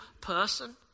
person